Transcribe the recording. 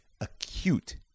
acute